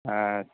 ஆ